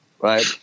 right